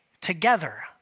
together